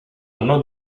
anno